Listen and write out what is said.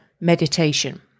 meditation